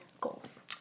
goals